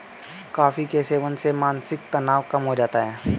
coffee के सेवन से मानसिक तनाव कम हो जाता है